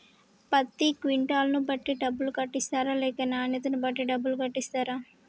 పత్తి క్వింటాల్ ను బట్టి డబ్బులు కట్టిస్తరా లేక నాణ్యతను బట్టి డబ్బులు కట్టిస్తారా?